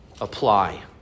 apply